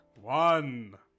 One